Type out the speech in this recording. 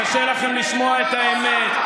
קשה לכם לשמוע את האמת.